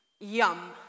Yum